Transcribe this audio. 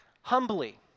humbly